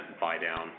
buy-down